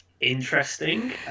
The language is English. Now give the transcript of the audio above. Interesting